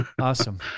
Awesome